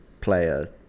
player